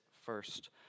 first